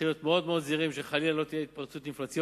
צריכים להיות זהירים מאוד שחלילה לא תהיה התפרצות אינפלציונית,